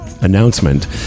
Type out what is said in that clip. announcement